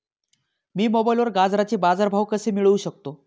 मी मोबाईलवर गाजराचे बाजार भाव कसे मिळवू शकतो?